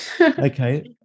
Okay